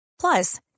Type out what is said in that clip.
Plus